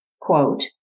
quote